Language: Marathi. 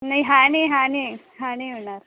नाही हा नाही हा नाही हा नाही मिळणार